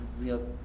real